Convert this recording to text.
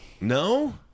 No